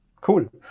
Cool